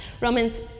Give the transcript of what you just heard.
Romans